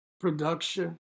production